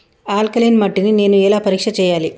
Alkaline మట్టి ని నేను ఎలా పరీక్ష చేయాలి?